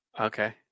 Okay